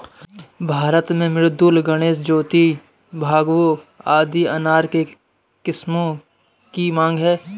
भारत में मृदुला, गणेश, ज्योति, भगवा आदि अनार के किस्मों की मांग है